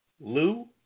Lou